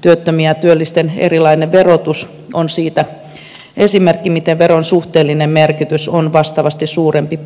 työttömien ja työllisten erilainen verotus on siitä esimerkki miten veron suhteellinen merkitys on vastaavasti suurempi